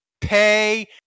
pay